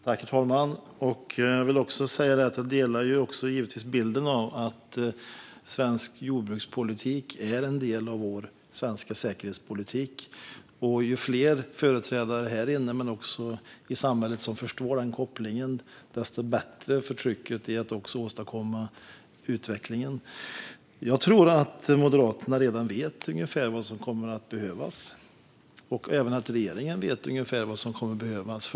Herr talman! Jag delar givetvis bilden att svensk jordbrukspolitik är en del av vår svenska säkerhetspolitik. Och ju fler företrädare här men också i samhället som förstår denna koppling, desto bättre är det för trycket att åstadkomma utvecklingen. Jag tror att Moderaterna redan vet ungefär vad som kommer att behövas. Och jag tror att även regeringen vet ungefär vad som kommer att behövas.